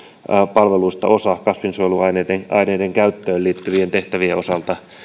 palveluista osa kasvinsuojeluaineiden käyttöön liittyvien tehtävien osalta